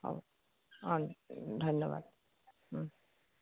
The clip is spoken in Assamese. হ'ব অঁ ধন্যবাদ